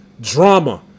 drama